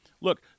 Look